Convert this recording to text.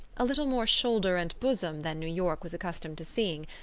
a little more shoulder and bosom than new york was accustomed to seeing,